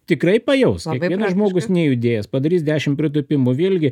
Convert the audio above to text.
tikrai pajaus kiekvienas žmogus nejudėjęs padarys dešim pritūpimų vėlgi